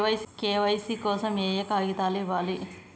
KYC కోసం ఏయే కాగితాలు ఇవ్వాలి?